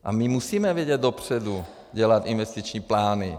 A my musíme vidět dopředu, dělat investiční plány.